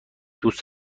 دوست